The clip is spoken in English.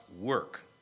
work